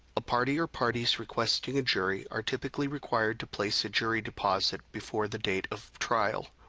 a party or parties requesting a jury are typically required to place a jury deposit before the date of trial.